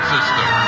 System